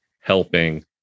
helping